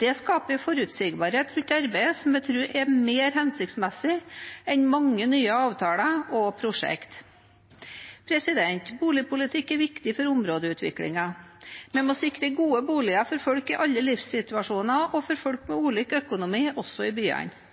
Det skaper forutsigbarhet rundt arbeidet, som jeg tror er mer hensiktsmessig enn mange nye avtaler og prosjekt. Boligpolitikk er viktig for områdeutviklingen. Vi må sikre gode boliger for folk i alle livssituasjoner og for folk med ulik økonomi også i byene.